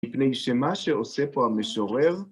מפני שמה שעושה פה המשורר